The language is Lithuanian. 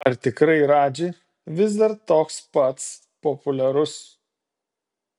ar tikrai radži vis dar toks pats populiarus